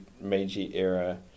Meiji-era